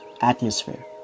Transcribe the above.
atmosphere